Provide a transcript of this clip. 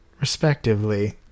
respectively